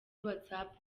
whatsapp